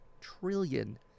trillion